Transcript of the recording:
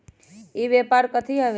ई व्यापार कथी हव?